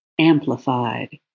amplified